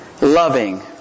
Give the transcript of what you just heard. loving